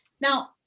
Now